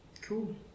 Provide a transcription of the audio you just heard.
Cool